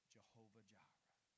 Jehovah-Jireh